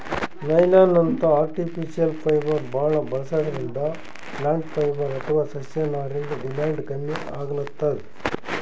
ನೈಲಾನ್ನಂಥ artificial fibre ಭಾಳ್ ಬಳಸದ್ರಿಂದ plant fibre ಅಥವಾ ಸಸ್ಯನಾರಿಂದ್ ಡಿಮ್ಯಾಂಡ್ ಕಮ್ಮಿ ಆಗ್ಲತದ್